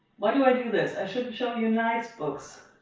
why do i do this? i should show you nice books.